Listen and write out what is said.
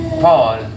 Paul